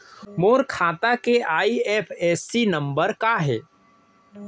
मोर खाता के IFSC number का हे?